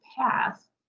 path